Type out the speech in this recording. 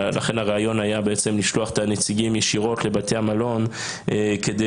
לכן הרעיון היה לשלוח את הנציגים ישירות לבתי המלון כדי